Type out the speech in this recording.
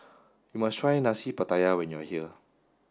you must try Nasi Pattaya when you are here